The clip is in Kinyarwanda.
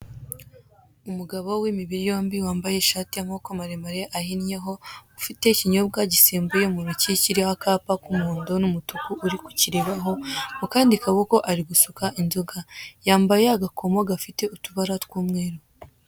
Umugabo w'imibiri yombi wambaye ishati y'amaboko maremare ahinyeho, ufite ikinyobwa gisembuye mu ntoki, kiriho akapa k'umuhondo n'umutuku uri kukirebaho, ku kandi kaboko ari gusuka inzoga, yambaye agakomo gafite utubara tw'umweru.